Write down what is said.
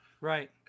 right